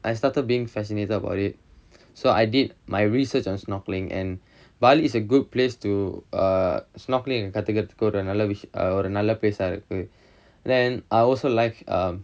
I started being fascinated about it so I did my research on snorkelling and bali is a good place to err snorkeling அங்க கத்துக்கறதுக்கு ஒரு நல்ல ஒரு:anga kathukarathukku oru nalla oru place இருக்கு:irukku then I also like um